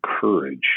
courage